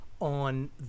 on